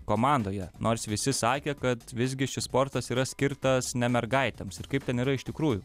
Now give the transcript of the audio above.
komandoje nors visi sakė kad visgi šis sportas yra skirtas ne mergaitėms ir kaip ten yra iš tikrųjų